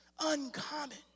Uncommon